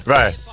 Right